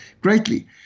greatly